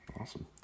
Awesome